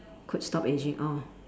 could stop aging oh